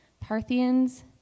Parthians